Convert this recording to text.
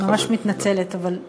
אני ממש מתנצלת, אבל,